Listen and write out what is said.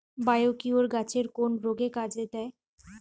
Biocure গাছের কোন রোগে কাজেদেয়?